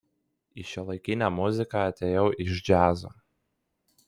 į šiuolaikinę muziką atėjau iš džiazo